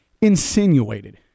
insinuated